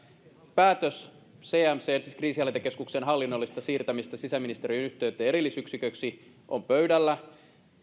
päätös cmcn siis kriisinhallintakeskuksen hallinnollisesta siirtämisestä sisäministeriön yhteyteen erillisyksiköksi on pöydällä